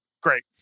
Great